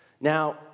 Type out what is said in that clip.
Now